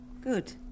good